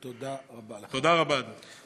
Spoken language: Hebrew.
תודה רבה, אדוני.